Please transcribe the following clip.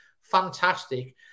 fantastic